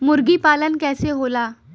मुर्गी पालन कैसे होला?